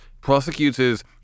prosecutors